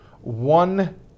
one